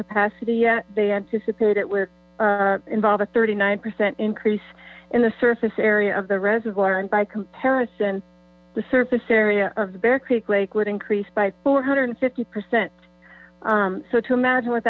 capacity yet they anticipate involve a thirty nine percent increase in the surface area of the reservoir and by comparison the surface area of the bear creek lake would increased by four hundred and fifty percent so to imagine what